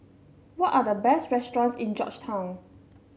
what are the best restaurants in Georgetown